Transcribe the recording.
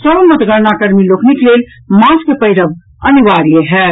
सभ मतगणना कर्मी लोकनिक लेल मास्क पहिरब अनिवार्य होयत